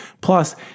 Plus